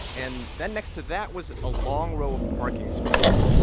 and then next to that was a long row of parking spaces.